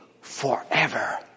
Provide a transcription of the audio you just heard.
forever